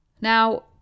Now